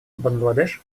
бангладеш